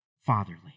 fatherly